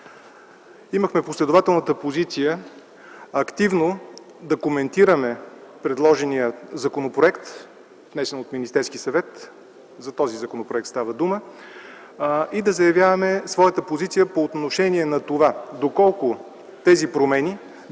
имахме последователната позиция активно да коментираме предложения законопроект, внесен от Министерския съвет, и да заявяваме своята позиция по отношение на това доколко тези промени